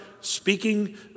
speaking